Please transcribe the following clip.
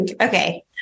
Okay